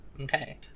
Okay